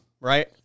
right